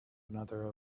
another